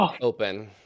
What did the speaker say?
open